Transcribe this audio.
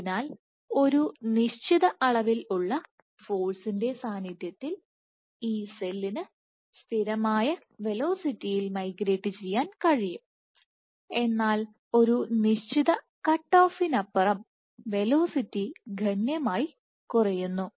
അതിനാൽ ഒരു നിശ്ചിത അളവിൽ ഉള്ള ഫോഴ്സിന്റെ സാന്നിധ്യത്തിൽ ഒരു സെല്ലിന് സ്ഥിരമായ വെലോസിറ്റിയിൽ മൈഗ്രേറ്റ് ചെയ്യാൻ കഴിയും എന്നാൽ ഒരു നിശ്ചിത കട്ട് ഓഫിനപ്പുറം വെലോസിറ്റി ഗണ്യമായി കുറയുന്നു